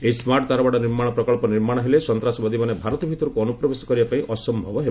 ଏଇ ସ୍କାର୍ଟ୍ ତାରବାଡ଼ ନିର୍ମାଣ ପ୍ରକଳ୍ପ ନିର୍ମାଣ ହେଲେ ସନ୍ତାସବାଦୀମାନେ ଭାରତ ଭିତରକୁ ଅନୁପ୍ରବେଶ କରିବା ପାଇଁ ଅସୟବ ହେବ